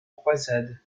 croisades